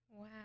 Wow